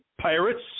pirates